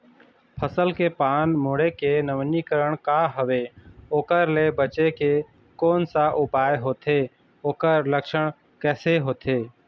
फसल के पान मुड़े के नवीनीकरण का हवे ओकर ले बचे के कोन सा उपाय होथे ओकर लक्षण कैसे होथे?